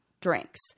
drinks